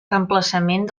reemplaçament